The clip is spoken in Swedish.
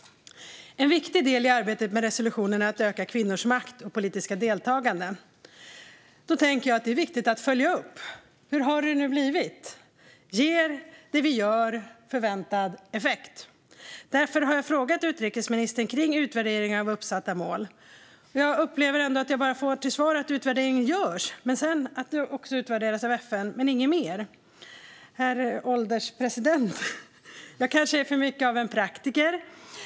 En viktig del i arbetet med resolutionen är att öka kvinnors makt och politiska deltagande. Då tänker jag att det är viktigt att följa upp hur det nu har blivit. Ger det vi gör förväntad effekt? Därför har jag ställt frågor till utrikesministern om utvärderingar av uppsatta mål. Men jag upplever att jag bara får till svar att utvärdering görs och att de också utvärderas av FN men inget mer. Herr ålderspresident! Jag kanske är för mycket av en praktiker.